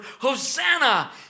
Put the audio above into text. Hosanna